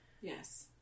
yes